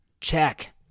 Check